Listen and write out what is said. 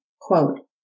quote